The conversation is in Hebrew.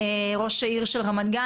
גן,